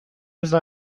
üsna